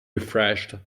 refreshed